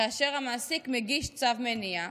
כאשר המעסיק מגיש צו מניעה,